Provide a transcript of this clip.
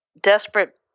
desperate